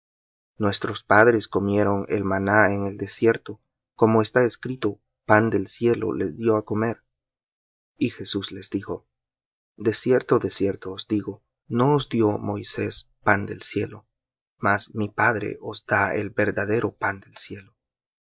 nuestros padres comieron el maná en el desierto como está escrito pan del cielo les dió á comer y jesús les dijo de cierto de cierto os digo no os dió moisés pan del cielo mas mi padre os da el verdadero pan del cielo